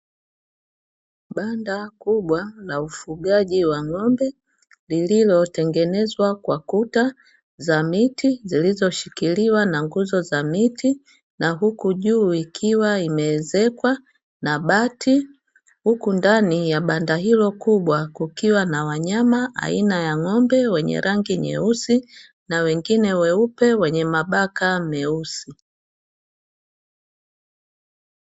Banda kubwa la ufugaji wa ng'ombe lililotengenezwa kwa kuta za miti zilizoshikiliwa na nguzo za miti, na huku juu ikiwa imeezekwa na bati huku ndani ya banda hilo kubwa, kukiwa na wanyama aina ya ng'ombe wenye rangi nyeusi na wengine weupe wenye mabaka meusi.